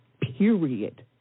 period